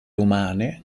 umane